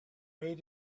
made